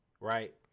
right